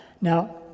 Now